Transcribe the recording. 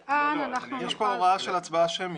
יש פה הוראה של הצבעה שמית.